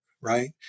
right